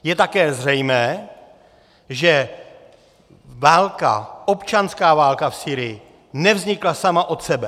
Je také zřejmé, že občanská válka v Sýrii nevznikla sama od sebe.